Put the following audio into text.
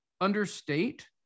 understate